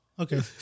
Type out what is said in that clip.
Okay